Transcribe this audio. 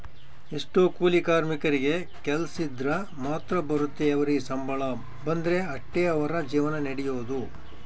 ಎಷ್ಟೊ ಕೂಲಿ ಕಾರ್ಮಿಕರಿಗೆ ಕೆಲ್ಸಿದ್ರ ಮಾತ್ರ ಬರುತ್ತೆ ಅವರಿಗೆ ಸಂಬಳ ಬಂದ್ರೆ ಅಷ್ಟೇ ಅವರ ಜೀವನ ನಡಿಯೊದು